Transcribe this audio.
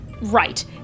right